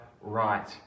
right